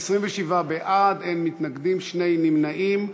27 בעד, אין מתנגדים, שני נמנעים.